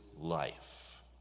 life